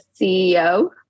CEO